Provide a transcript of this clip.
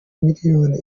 imiliyoni